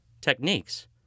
techniques